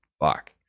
fuck